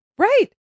Right